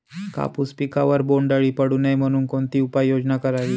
कापूस पिकावर बोंडअळी पडू नये म्हणून कोणती उपाययोजना करावी?